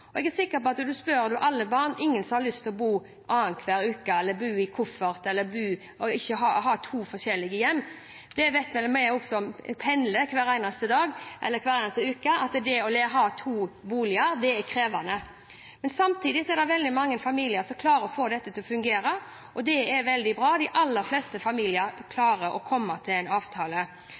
sikker på at spør du alle barn, er det ingen som har lyst til å ha to forskjellige hjem – bo annenhver uke hos mor og far eller bo i koffert. Det vet også vi som pendler hver eneste dag eller hver eneste uke, at det å ha to boliger er krevende. Samtidig er det er veldig mange familier som klarer å få dette til å fungere. Det er veldig bra. De aller fleste familier klarer å komme til en avtale.